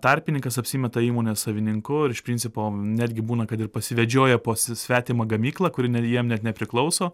tarpininkas apsimeta įmonės savininku ir iš principo netgi būna kad ir pasivedžioja po s svetimą gamyklą kuri ne jam net nepriklauso